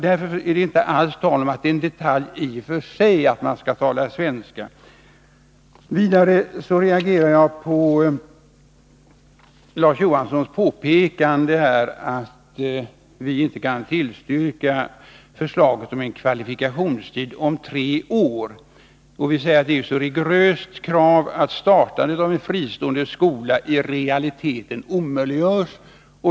Därför är det inte alls tal om att det är en detalj i och för sig att man skall tala svenska. Vidare reagerar jag mot Larz Johanssons påpekande att vi inte kan tillstyrka förslaget om en kvalifikationstid om tre år. Vi säger att det är ett så rigoröst krav att startandet av fristående skolor i realiteten omöjliggörs.